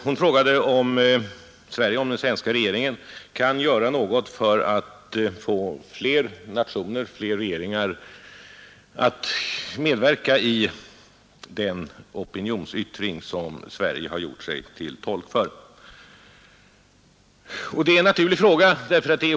Hon frågade om den svenska regeringen kan göra något för att få fler regeringar att medverka i den opinionsyttring som den svenska regeringen gjort sig till tolk för. Det är en naturlig fråga.